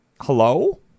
hello